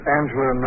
Angela